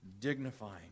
dignifying